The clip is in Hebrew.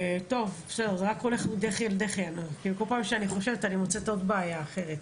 כל פעם אני מוצאת עוד בעיה אחרת.